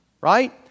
Right